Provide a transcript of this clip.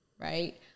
right